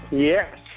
Yes